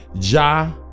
Ja